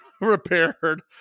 repaired